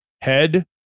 Head